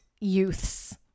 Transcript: youths